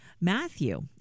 Matthew